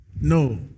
No